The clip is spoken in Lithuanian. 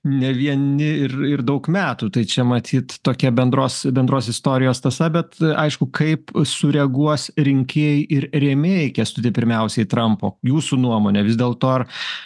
ne vieni ir ir daug metų tai čia matyt tokia bendros tąsa bet aišku kaip sureaguos rinkėjai ir rėmėjai kęstuti pirmiausiai trampo jūsų nuomone vis dėlto ar nu